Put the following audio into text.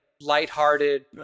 lighthearted